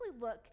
look